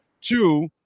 Two